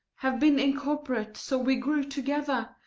had been incorporate. so we grew together,